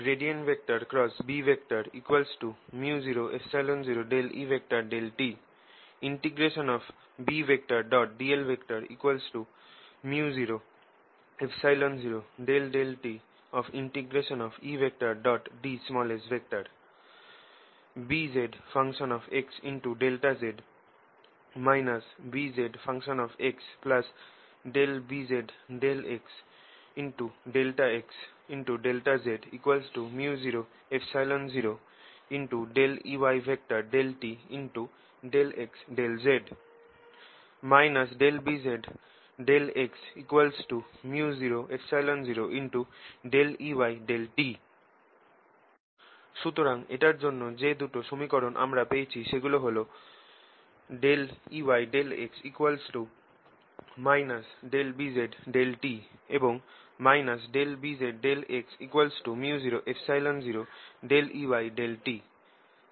Bµ00E∂t Bdl µ00ddtEds Bzx∆z BzxBz∂x∆x∆z µ00Ey∂t∆x∆z Bzxµ00Ey∂t সুতরাং এটার জন্য যে দুটো সমীকরণ আমরা পেয়েছি সেগুলো হলঃ Eyx Bz∂t এবং Bzxµ00Ey∂t